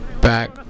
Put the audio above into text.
back